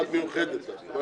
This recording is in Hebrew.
את מיוחדת, את.